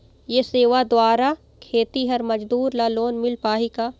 ये सेवा द्वारा खेतीहर मजदूर ला लोन मिल पाही का?